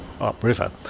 upriver